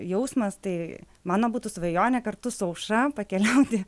jausmas tai mano būtų svajonė kartu su aušra pakeliauti